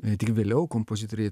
e tik vėliau kompozitoriai